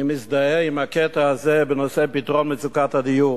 אני מזדהה עם הקטע הזה בנושא פתרון מצוקת הדיור,